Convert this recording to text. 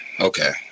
Okay